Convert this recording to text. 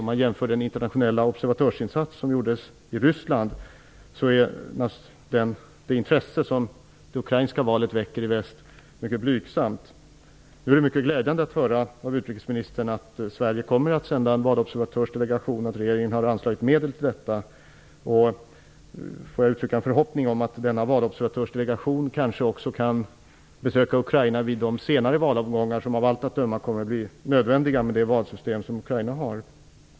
Om man jämför med den internationella obeservatörsinsats som gjordes i Ryssland är det intresse som det ukrainska valet väcker i väst mycket blygsamt. Det är mycket glädjande att av utrikesministern höra att Sverige kommer att sända en valobervatörsdelegation och att regeringen har anslagit medel till detta. Jag vill uttrycka en förhoppning om att denna valobservatörsdelegation kanske också kan besöka Ukraina vid de senare valomgångar som av allt att döma kommer att bli nödvändiga med det valsystem som Ukraina har.